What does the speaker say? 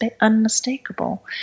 unmistakable